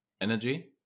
energy